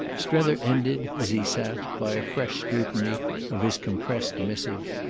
strether ended, as he sat, by a fresh scrutiny of his compressed missive,